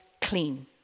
clean